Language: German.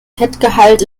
fettgehalt